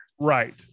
Right